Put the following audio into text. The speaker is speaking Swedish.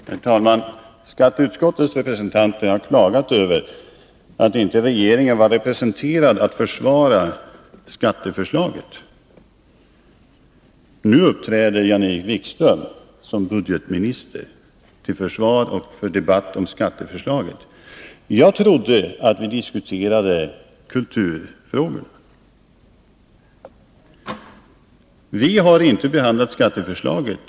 Herr talman! Från skatteutskottets sida har man klagat över att regeringen inte varit representerad när det gällde att försvara skatteförslaget. Nu uppträder Jan-Erik Wikström i debatten som om han vore budgetminister och försvarar skatteförslaget. Jag trodde att vi diskuterade kulturfrågor. I kulturutskottet har vi inte behandlat skatteförslaget.